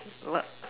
what